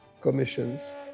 commissions